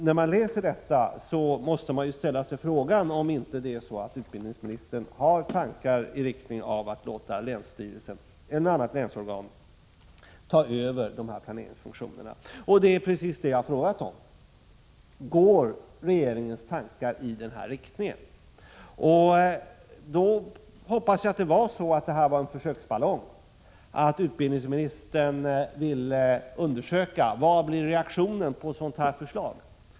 När man läser detta, måste man ju ställa sig frågan om inte utbildningsministern har tankar i den riktningen att man skall låta länsstyrelsen — eller annat länsorgan — ta över de här planeringsfunktionerna. Och det är precis det jag har frågat om: Går regeringens tankar i den här riktningen? Då hoppas jag att detta var en försöksballong, att utbildningsministern vill undersöka vad reaktionen blir på ett sådant här förslag.